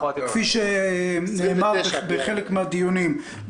כפי שנאמר בחלק מהדיונים,